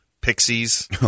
Pixies